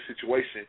situation